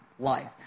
Life